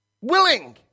Willing